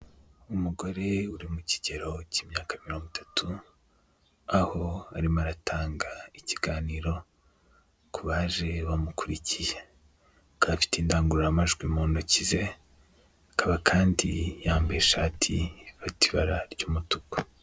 Umugore uri mu kigero cy'imyaka mirongo itatu, aho arimo aratanga ikiganiro ku baje bamukurikiye akaba afite indangururamajwi mu ntoki ze, akaba kandi yambaye ishati ifite ibara ry'umutuku.